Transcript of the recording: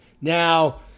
Now